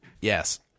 yes